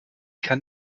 kann